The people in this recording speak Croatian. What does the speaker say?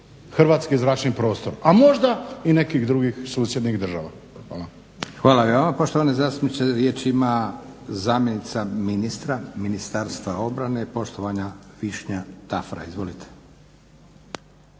hrvatski zračni prostor, a možda i nekih drugih susjednih država. Hvala. **Leko, Josip (SDP)** Hvala i vama poštovani zastupniče. Riječ ima zamjenica ministra Ministarstva obrane poštovana Višnja Tafra. Izvolite.